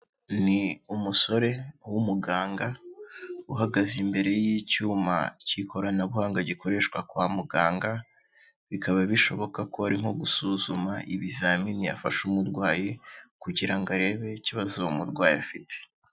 Ni umusore w'umuganga uhagaze imbere y'icyuma cy'ikoranabuhanga gikoreshwa kwa muganga, bikaba bishoboka ko ari nko gusuzuma ibizamini afasha umurwayi, kugira ngo arebe ikibazo uwo murwayi afite.